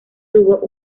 tuvo